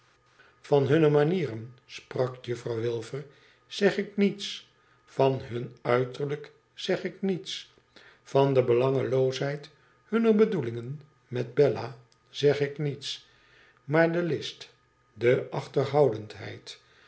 ivan hunne manieren sprak juffrouw wilfer zeg ik niets van hun uiterlijk zeg ik niets van de belangeloosheid hunner bedoelingen met bella zeg ik niets maar de list